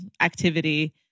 activity